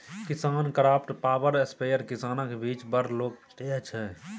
KisanKraft power sprayer किसानक बीच बड़ लोकप्रिय छै